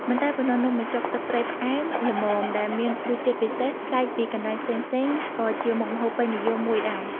មិនតែប៉ុណ្ណោះ នំបញ្ចុក ទឹកត្រីផ្អែមល្មមដែលមានរសជាតិពិសេសប្លែកពីកន្លែងផ្សេងៗក៏ជាមុខម្ហូបពេញនិយមមួយដែរ។